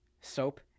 soap